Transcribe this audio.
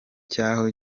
cyaho